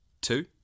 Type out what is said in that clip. two